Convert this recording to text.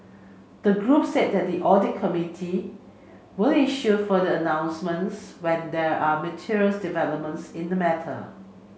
the group said that the audit committee will issue further announcements when there are material developments in the matter